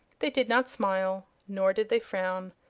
they did not smile nor did they frown,